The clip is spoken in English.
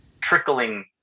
trickling